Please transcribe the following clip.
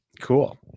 cool